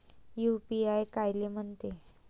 UPI कायले म्हनते?